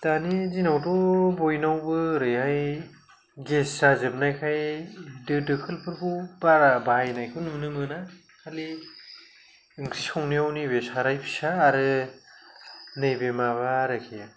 दानि दिनावथ' बयनावबो ओरैहाय गेस जाजोबनायखाय दो दोखोलफोरखौ बारा बाहायनायखौ नुनो मोना खालि ओंख्रि संनायाव नैबे साराय फिसा आरो नैबे माबा आरोखि